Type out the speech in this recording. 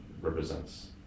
represents